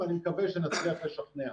ואני מקווה שנצליח לשכנע.